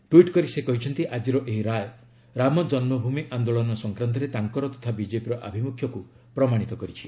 tweet କରି ସେ କହିଛନ୍ତି ଆକିର ଏହି ରାୟ ରାମ ଜନ୍ମୁଭୂମି ଆନ୍ଦୋଳନ ସଂକ୍ରାନ୍ତରେ ତାଙ୍କର ତଥା ବିଜେପିର ଅଭିମୁଖ୍ୟକୁ ପ୍ରମାଣିତ କରିଛି